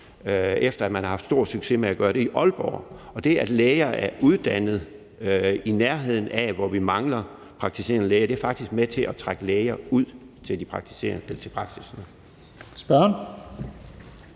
efter at man har haft stor succes med at gøre det i Aalborg. Og det, at læger er uddannet i nærheden af, hvor vi mangler praktiserende læger, er faktisk med til at trække læger ud til praksisser dér.